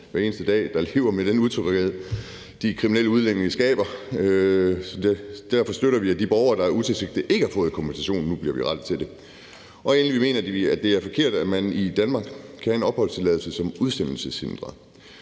hver eneste dag lever med den usikkerhed, som de kriminelle udlændinge skaber. Derfor støtter vi, at de borgere, der utilsigtet ikke har fået kompensation, nu bliver berettiget til det. Endelig mener vi, det er forkert, at man i Danmark kan have en opholdstilladelse som udsendelseshindret.